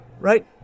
Right